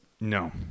No